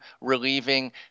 relieving